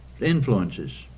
influences